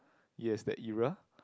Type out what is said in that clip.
yes that era